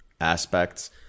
aspects